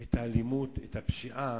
את האלימות, את הפשיעה,